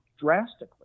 drastically